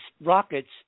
rockets